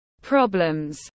problems